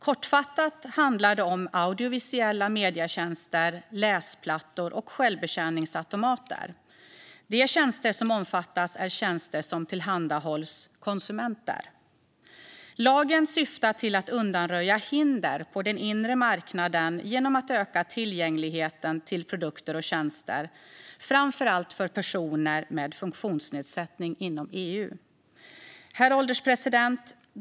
Kortfattat handlar det om audiovisuella medietjänster, läsplattor och självbetjäningsautomater. De tjänster som omfattas är tjänster som tillhandahålls konsumenter. Lagen syftar till att undanröja hinder på EU:s inre marknad genom att öka tillgängligheten till produkter och tjänster, framför allt för personer med funktionsnedsättning. Herr ålderspresident!